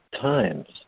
times